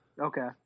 Okay